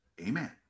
Amen